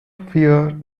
fear